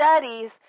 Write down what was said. studies